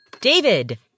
David